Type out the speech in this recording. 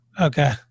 Okay